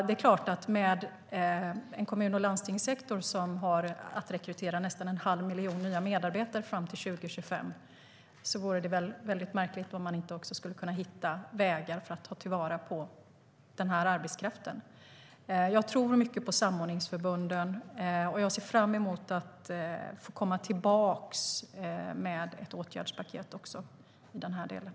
Med en kommun och landstingssektor som har att rekrytera nästan en halv miljon nya medarbetare fram till 2025 vore det märkligt om man inte också skulle hitta vägar för att ta till vara arbetskraften. Jag tror mycket på samordningsförbunden, och jag ser fram emot att komma tillbaka med ett åtgärdspaket i frågan.